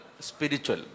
Spiritual